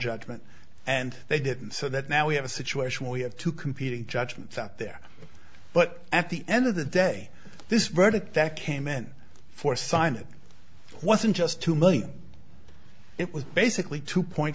judgment and they didn't so that now we have a situation we have two competing judgments out there but at the end of the day this verdict that came in for sign it wasn't just two months it was basically two point